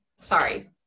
Sorry